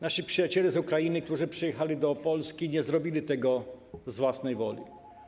Nasi przyjaciele z Ukrainy, którzy przyjechali do Polski, nie zrobili tego z własnej woli.